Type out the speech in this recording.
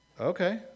okay